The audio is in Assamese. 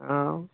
অঁ